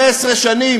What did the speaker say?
15 שנים